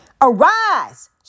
Arise